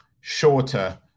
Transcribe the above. shorter